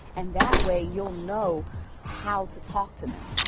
and that way you'll know how to talk to them.